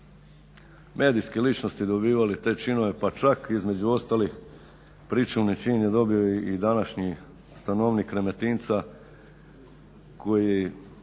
medijske ličnosti dobivali te činove, pa čak između ostalih pričuvni čin je dobio i današnji stanovnik Remetinca koji